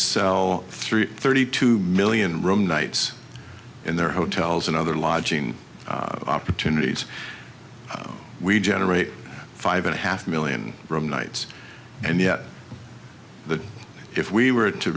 sell three thirty two million room nights in their hotels and other lodging opportunities we generate five and a half million from nights and yet the if we were to